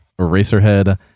Eraserhead